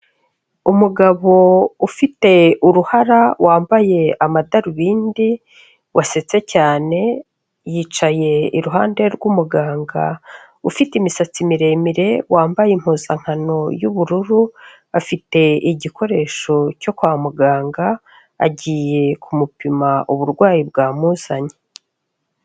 Umugabo ufite uruhara, wambaye amadarubindi, wasetse cyane, yicaye iruhande rw'umuganga ufite imisatsi miremire, wambaye impuzankano y'ubururu, afite igikoresho cyo kwa muganga, agiye kumupima uburwayi bwamuzanye.